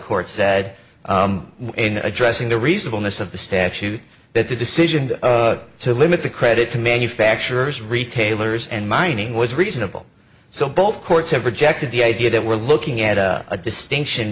court said in addressing the reasonableness of the statute that the decision to limit the credit to manufacturers retailers and mining was reasonable so both courts have rejected the idea that we're looking at a distinction